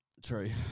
True